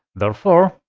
therefore,